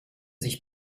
sich